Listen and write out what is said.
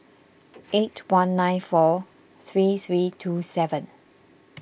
eight one nine four three three two seven